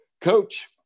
Coach